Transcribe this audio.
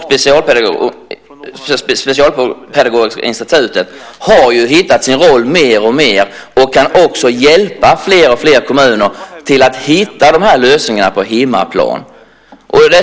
Specialpedagogiska institutet har hittat sin roll mer och mer och kan hjälpa alltfler kommuner med att hitta lösningarna på hemmaplan.